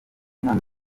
mwana